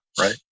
right